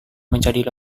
menjadi